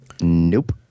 Nope